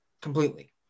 completely